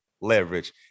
leverage